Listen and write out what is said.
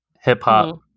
hip-hop